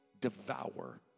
devour